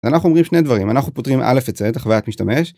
אז אנחנו אומרים שני דברים, אנחנו פותרים א' את החוויית משתמש